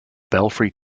belfry